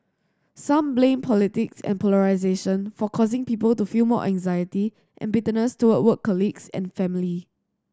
some blame politics and polarisation for causing people to feel more anxiety and bitterness toward work colleagues and family